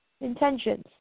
intentions